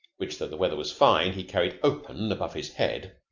which, tho the weather was fine, he carried open above his head,